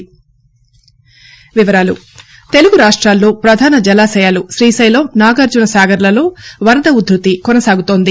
వరద తెలుగు రాష్ట్రాల్లో పధాన జలాశయాలు శ్రీశైలం నాగార్జునసాగర్లలో వరద ఉ ధ్భతి కొనసాగుతోంది